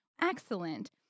Excellent